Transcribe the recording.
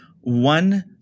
one